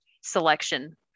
selection